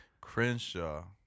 Crenshaw